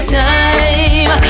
time